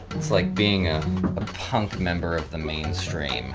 it's like being a punk member of the mainstream